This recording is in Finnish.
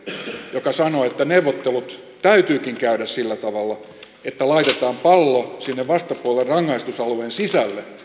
joka sanoo että neuvottelut täytyykin käydä sillä tavalla että laitetaan pallo sinne vastapuolen rangaistusalueen sisälle